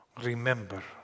remember